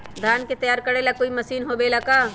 धान के तैयार करेला कोई मशीन होबेला का?